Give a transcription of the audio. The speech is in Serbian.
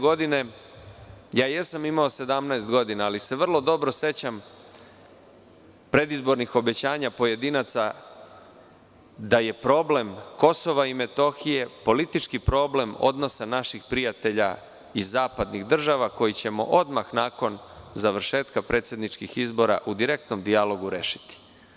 Godine 2000. ja jesam imao 17 godina, ali se vrlo dobro sećam predizbornih obećanja pojedinaca da je problem Kosova i Metohije politički problem odnosa naših prijatelja iz zapadnih država, koji ćemo odmah nakon završetka predsedničkih izbora u direktnom dijalogu rešiti.